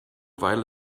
weil